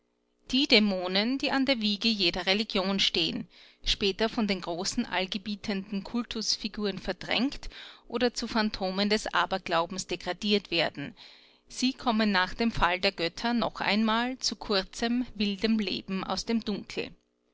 die dämonen die an der wiege jeder religion stehen später von den großen allgebietenden kultusfiguren verdrängt oder zu phantomen des aberglaubens degradiert werden sie kommen nach dem fall der götter noch einmal zu kurzem wildem leben aus dem dunkel